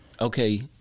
okay